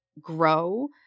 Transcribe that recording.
grow